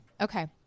Okay